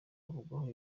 avugwaho